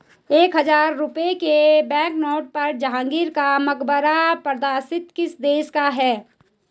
एक हजार रुपये के बैंकनोट पर जहांगीर का मकबरा प्रदर्शित किस देश का है?